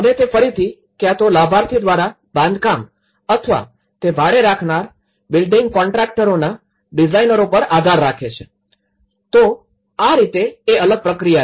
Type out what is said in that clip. અને તે ફરીથી ક્યાંતો લાભાર્થી દ્વારા બાંધકામ અથવા તે ભાડે રાખનારા બિલ્ડિંગ કોન્ટ્રાક્ટરોના ડિઝાઇનરો પર આધાર રાખે છે તો આ રીતે એ અલગ પ્રક્રિયા છે